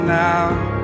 now